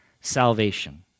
salvation